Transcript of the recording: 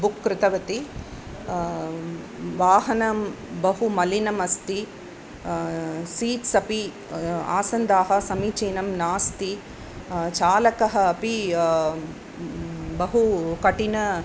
book कृतवती वाहनं बहु मलिनमस्ति सीट्स् अपि आसन्दाः समीचीनाः नास्ति चालकः अपि बहु कठिन